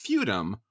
Feudum